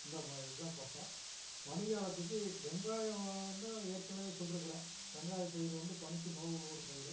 இந்த மாதிரி தான் பட்டம் பனி காலத்துக்கு வெங்காயம் தான் ஏற்கனவே சொல்லிருக்குறேன் வெங்காயப் பயிர் வந்து பனிக்கு நோய் உழுவுற பயிர்